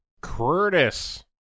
Curtis